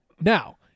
Now